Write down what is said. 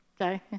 okay